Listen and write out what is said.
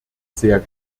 sehr